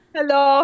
Hello